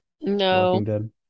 no